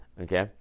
okay